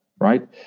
right